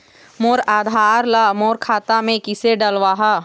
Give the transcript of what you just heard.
मोर आधार ला मोर खाता मे किसे डलवाहा?